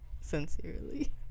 Sincerely